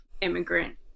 immigrant